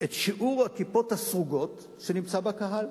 את שיעור הכיפות הסרוגות שנמצא בקהל.